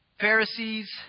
Pharisees